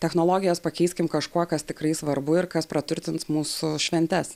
technologijas pakeiskim kažkuo kas tikrai svarbu ir kas praturtins mūsų šventes